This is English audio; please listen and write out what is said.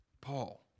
paul